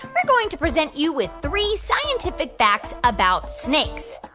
we're going to present you with three scientific facts about snakes.